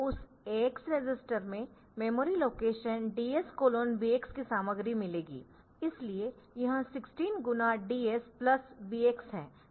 उस AX register में memory location DS BX की सामग्री मिलेगी इसलिए यह 16 गुणा DS प्लस BX है